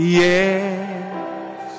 yes